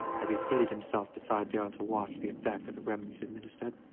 as he seated himself beside darrell to watch the effect of the remedies administered,